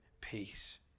peace